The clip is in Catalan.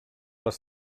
les